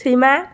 सैमा